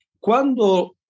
quando